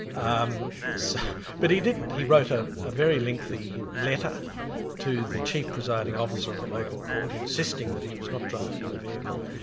um so but he didn't. he wrote a ah very lengthy letter to the chief presiding officer of the local court, insisting that he was not driving the vehicle,